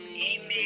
Amen